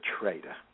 traitor